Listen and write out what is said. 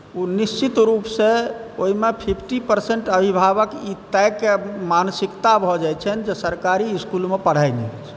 ओ निश्चित रूपसँ ओहिमे फिफ्टी परसेन्ट अभिभावकके मानसिकता भऽ जाइ छनि जे सरकारी इसकुलमे पढ़ाइ नहि होइ छै